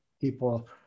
people